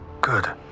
Good